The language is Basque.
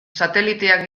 sateliteak